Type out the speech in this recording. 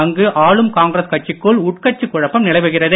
அங்கு ஆளும் காங்கிரஸ் கட்சிக்குள் உட்கட்சி குழப்பம் நிலவுகிறது